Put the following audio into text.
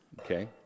Okay